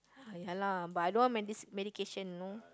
ha ya lah but I don't want medis~ medication you know